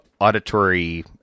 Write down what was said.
auditory